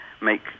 make